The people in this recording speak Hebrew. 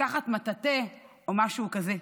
ולקחת מטאטא, או משהו כזה,